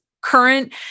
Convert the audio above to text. current